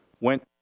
Went